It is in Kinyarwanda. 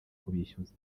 kubishyuza